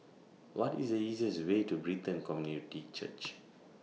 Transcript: What IS The easiest Way to Brighton Community Church